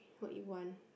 what you want